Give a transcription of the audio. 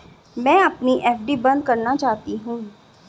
मैं अपनी एफ.डी बंद करना चाहती हूँ